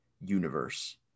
universe